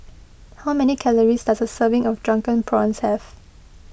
how many calories does a serving of Drunken Prawns have